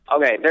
Okay